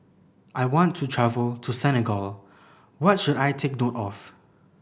I want to travel to Senegal what should I take note of